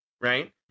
right